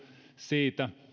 siitä